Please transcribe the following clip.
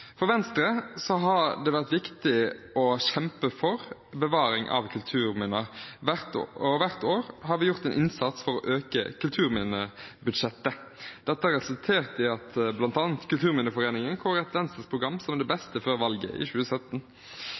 For Venstre har det vært viktig å kjempe for bevaring av kulturminner, og hvert år har vi gjort en innsats for å øke kulturminnebudsjettet. Dette har resultert i at bl.a. Fortidsminneforeningen kåret Venstres program til det beste før valget i 2017.